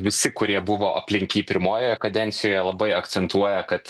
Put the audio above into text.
visi kurie buvo aplink jį pirmojoje kadencijoje labai akcentuoja kad